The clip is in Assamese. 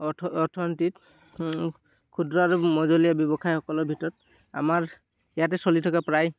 অৰ্থ অৰ্থনীতিত ক্ষুদ্ৰ আৰু মজলীয়া ব্যৱসায়ীসকলৰ ভিতৰত আমাৰ ইয়াতে চলি থকা প্ৰায়